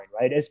right